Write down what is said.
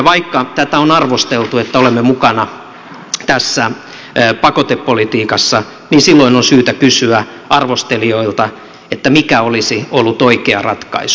vaikka tätä on arvosteltu että olemme mukana tässä pakotepolitiikassa niin silloin on syytä kysyä arvostelijoilta mikä olisi ollut oikea ratkaisu